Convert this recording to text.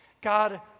God